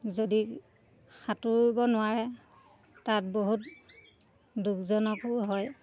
যদি সাঁতুৰিব নোৱাৰে তাত বহুত দুখজনকো হয়